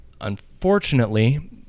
Unfortunately